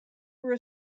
were